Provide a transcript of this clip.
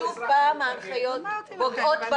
שוב ההנחיות פוגעות בפשוטים ביותר.